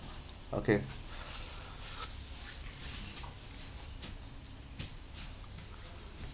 okay